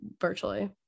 virtually